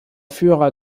führer